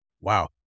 Wow